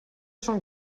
són